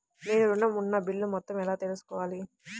నేను ఋణం ఉన్న బిల్లు మొత్తం ఎలా తెలుసుకోవాలి?